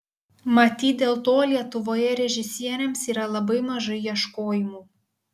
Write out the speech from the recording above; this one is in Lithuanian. matyt dėl to lietuvoje režisieriams yra labai mažai ieškojimų